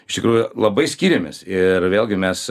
iš tikrųjų labai skiriamės ir vėlgi mes